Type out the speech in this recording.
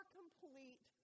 complete